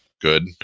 good